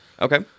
Okay